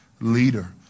leader